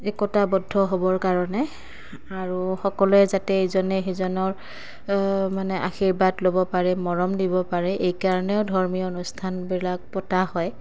একতাবদ্ধ হ'বৰ কাৰণে আৰু সকলোৱে যাতে ইজনে সিজনৰ মানে আশীৰ্বাদ ল'ব পাৰে মৰম দিব পাৰে এইকাৰণেও ধৰ্মীয় অনুষ্ঠানবিলাক পতা হয়